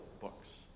books